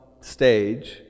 stage